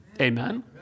Amen